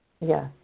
Yes